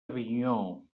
avinyó